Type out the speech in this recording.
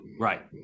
right